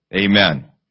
Amen